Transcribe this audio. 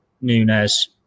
Nunes